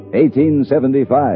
1875